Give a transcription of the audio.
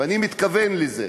ואני מתכוון לזה.